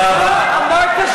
תודה רבה.